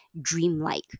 dreamlike